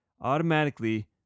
automatically